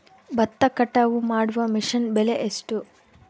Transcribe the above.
ಭತ್ತ ಕಟಾವು ಮಾಡುವ ಮಿಷನ್ ಬೆಲೆ ಎಷ್ಟು?